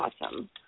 awesome